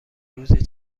روزی